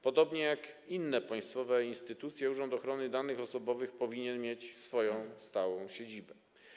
Podobnie jak inne państwowe instytucje, Urząd Ochrony Danych Osobowych powinien mieć swoją stałą siedzibę.